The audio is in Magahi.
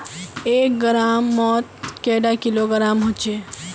एक ग्राम मौत कैडा किलोग्राम होचे?